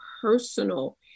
personal